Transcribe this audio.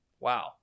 wow